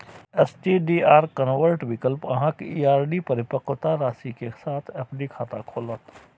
STDR convert विकल्प अहांक ई आर.डी परिपक्वता राशि के साथ एफ.डी खाता खोलत